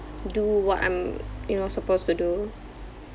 do what I'm you know supposed to do